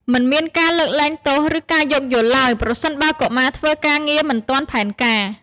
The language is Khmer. មិនមានការលើកលែងទោស ឬការយោគយល់ឡើយ ប្រសិនបើកុមារធ្វើការងារមិនទាន់ផែនការ។